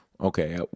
Okay